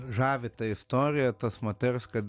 žavi ta istorija tos moters kad